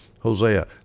Hosea